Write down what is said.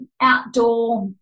outdoor